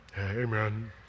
Amen